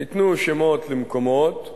ניתנו שמות למקומות,